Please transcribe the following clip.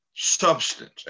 substance